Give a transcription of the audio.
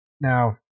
Now